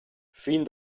fin